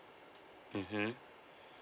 mmhmm